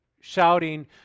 shouting